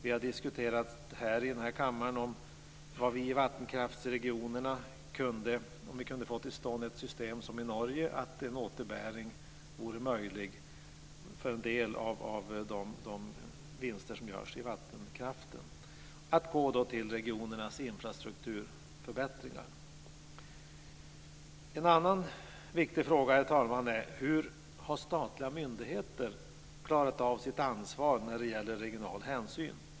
I den här kammaren har vi diskuterat om man i vattenkraftsregionerna kunde få till stånd samma system som finns i Norge, nämligen en återbäring av en del av de vinster som görs på vattenkraften som ska användas för regionernas infrastrukturförbättringar. Herr talman! En annan viktig fråga är hur statliga myndigheter har klarat av sitt ansvar när det gäller regional hänsyn.